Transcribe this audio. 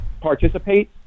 participate